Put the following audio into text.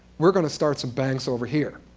we're going to start some banks over here.